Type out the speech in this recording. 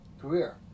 career